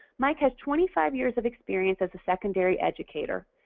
mike has twenty five years of experience as a secondary educator.